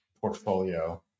portfolio